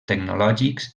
tecnològics